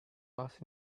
was